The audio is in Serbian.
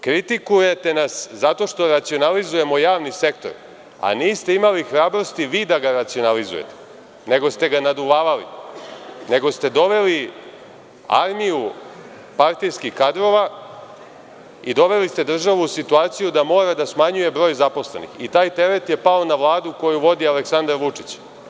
Kritikujete nas zato što racionalizujemo javni sektor, a niste imali hrabrosti vi da ga racionalnizujete, nego ste ga naduvavali, nego ste doveli armiju partijskih kadrova i doveli ste državu u situaciju da mora da smanjuje broj zaposlenih i taj teret je pao na vladu koju vodi Aleksandar Vučić.